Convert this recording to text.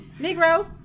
Negro